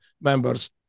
members